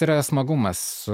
yra smagumas